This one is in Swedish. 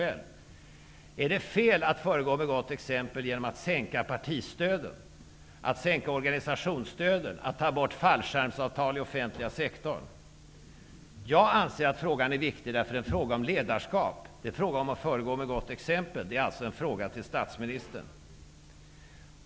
Är det fel att föregå med gott exempel genom att sänka partistödet, att sänka organisationsstödet och att ta bort fallskärmsavtal inom den offentliga sektorn? Jag anser att den frågan är viktig, eftersom det är fråga om ledarskap och om att föregå med gott exempel. Det är en fråga till statsministern.